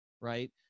Right